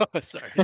Sorry